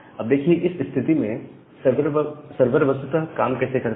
अब देखिए इस स्थिति में सर्वर वस्तुतः काम कैसे करता है